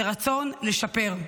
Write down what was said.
זה רצון לשפר.